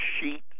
sheet